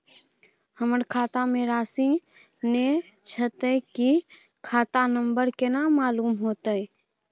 हमरा खाता में राशि ने छै ते खाता नंबर केना मालूम होते?